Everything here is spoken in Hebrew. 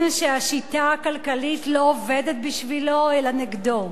שהשיטה הכלכלית לא עובדת בשבילו אלא נגדו.